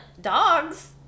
dogs